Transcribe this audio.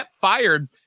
fired